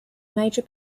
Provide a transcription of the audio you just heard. major